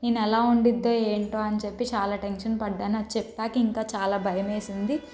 నేను ఎలా ఉండిద్దో ఏంటో అని చెప్పి చాలా టెన్షన్ పడినాను అది చెప్పాక ఇంకా చాలా భయం వేసింది